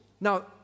now